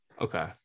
Okay